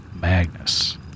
Magnus